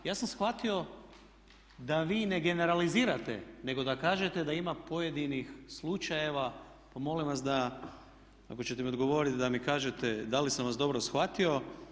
Ja sam shvatio da vi ne generalizirate nego da kažete da ima pojedinih slučajeva pa molim vas da ako ćete odgovoriti da mi kažete da li sam vas dobro shvatio.